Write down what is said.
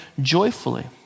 joyfully